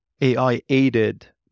AI-aided